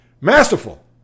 masterful